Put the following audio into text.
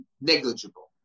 negligible